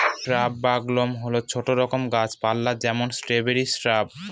shrub বা গুল্ম হল ছোট রকম গাছ পালা যেমন স্ট্রবেরি শ্রাব